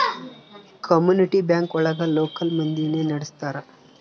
community bank ಒಳಗ local ಮಂದಿನೆ ನಡ್ಸ್ತರ